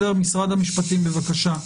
משרד המשפטים, בבקשה.